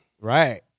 Right